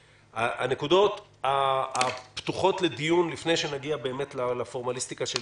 הנקודות הפתוחות לדיון לפני שנגיע לפורמליסטיקה של